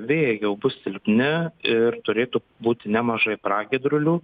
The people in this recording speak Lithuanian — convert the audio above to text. vėjai jau bus silpni ir turėtų būti nemažai pragiedrulių